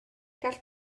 gall